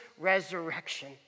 Resurrection